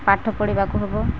ପାଠ ପଢ଼ିବାକୁ ହେବ